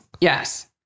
Yes